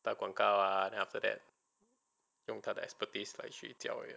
打广告 ah then after that 用他的 expertise like 去教